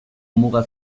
muga